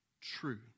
true